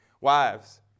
wives